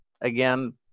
again